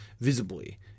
visibly